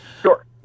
Sure